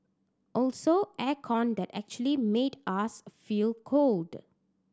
also air con that actually made us feel cold